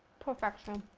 perfection!